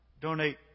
donate